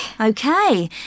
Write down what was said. Okay